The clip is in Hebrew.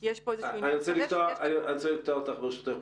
אני רוצה לקטוע אותך, ברשותך.